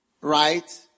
right